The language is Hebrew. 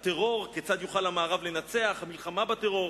הטרור, כיצד יוכל המערב לנצח, המלחמה בטרור.